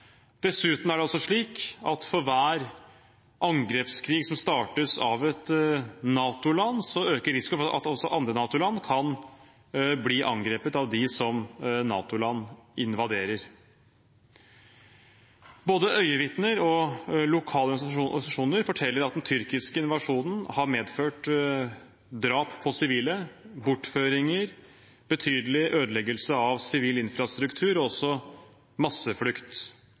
Dessuten er det altså slik at for hver angrepskrig som startes av et NATO-land, øker risikoen for at også andre NATO-land kan bli angrepet av dem som NATO-land invaderer. Både øyevitner og lokale organisasjoner forteller at den tyrkiske invasjonen har medført drap på sivile, bortføringer, betydelig ødeleggelse av sivil infrastruktur og også masseflukt.